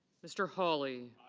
mr. holly